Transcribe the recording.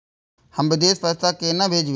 हम विदेश पैसा केना भेजबे?